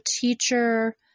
teacher